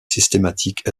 systématique